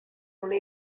una